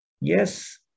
Yes